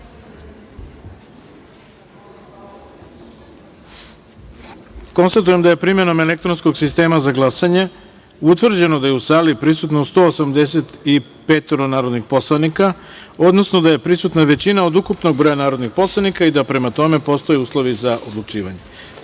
glasanje. Konstatujem da je primenom elektronskog sistema za glasanje utvrđeno da je u sali prisutno 185 narodnih poslanika, odnosno da je prisutna većina od ukupnog broja narodnih poslanika i da postoje uslove za odlučivanje. Prelazimo